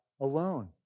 alone